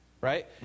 right